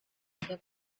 that